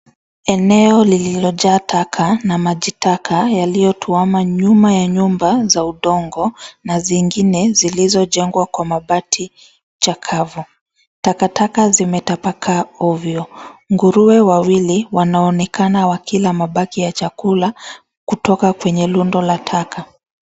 Eneo lililojaa taka na maji taka yaliyotuama nyuma ya nyumba za udongo na zingine zilizojengwa kwa mabati chakavu. Takataka zimetapakaa ovyo. Nguruwe wawili wanaonekana wakila mabaki ya chakula kutoka kwenye rundo la taka.